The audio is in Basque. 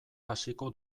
hasiko